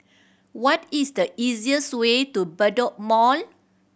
what is the easiest way to Bedok Mall